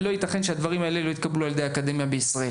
ולא ייתכן שהדברים האלו לא יתקבלו על ידי האקדמיה בישראל.